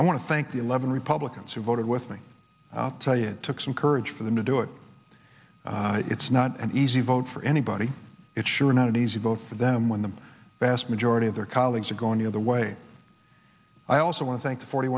i want to thank the eleven republicans who voted with me i'll tell you it took some courage for them to do it it's not an easy vote for anybody it's sure not easy vote for them when the vast majority of their colleagues are gone the other way i also want to thank the forty